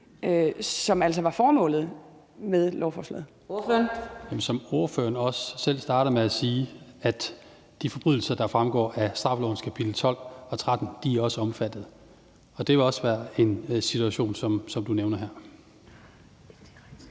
Tobias Grotkjær Elmstrøm (M): Som ordføreren også selv starter med at sige, er de forbrydelser, der fremgår af straffelovens kapitel 12 og 13, også omfattet. Og det vil også være en situation som den, du nævner her